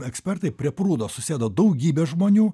ekspertai prie prūdo susėdo daugybė žmonių